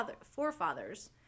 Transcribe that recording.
forefathers